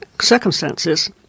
circumstances